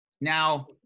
Now